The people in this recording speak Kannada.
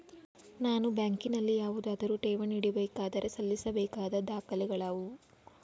ನಾನು ಬ್ಯಾಂಕಿನಲ್ಲಿ ಯಾವುದಾದರು ಠೇವಣಿ ಇಡಬೇಕಾದರೆ ಸಲ್ಲಿಸಬೇಕಾದ ದಾಖಲೆಗಳಾವವು?